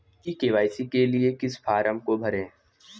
ई KYC के लिए किस फ्रॉम को भरें?